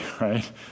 right